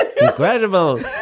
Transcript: incredible